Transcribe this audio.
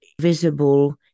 visible